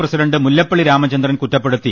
president Mullappally Ramachandran കുറ്റപ്പെടുത്തി